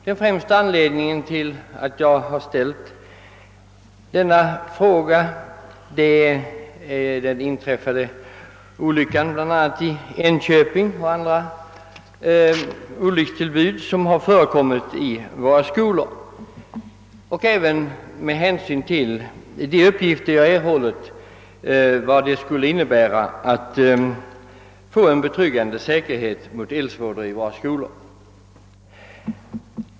Denna har främst föranletts av den olycka som inträffat i Enköping men också av andra olyckstillbud samt av de uppgifter jag erhållit om möjligheterna att åstadkomma en tillfredsställande säkerhet mot eldsvådor i våra skolor.